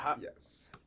Yes